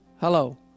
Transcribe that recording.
hello